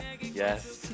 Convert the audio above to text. Yes